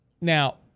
Now